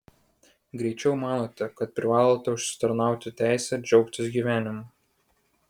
greičiau manote kad privalote užsitarnauti teisę džiaugtis gyvenimu